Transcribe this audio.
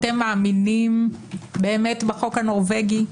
אתם מאמינים באמת בחוק הנורבגי?